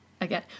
again